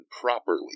properly